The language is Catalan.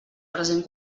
present